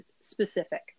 specific